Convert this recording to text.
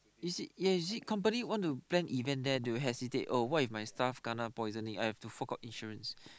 is it ya is it company want to plan event there they will hesitate oh what if my staff kena poisoning I have to fork out insurance